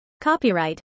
Copyright